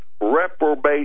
reprobate